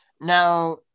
now